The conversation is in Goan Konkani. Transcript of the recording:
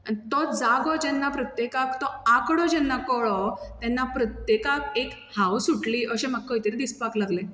तो जागो जेन्ना प्रत्येकाक तो आंकडो जेन्ना कळ्ळो तेन्ना प्रत्येकाक एक हाव सुटली अशें म्हाक खंय तरी दिसपाक लागलें